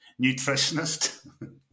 nutritionist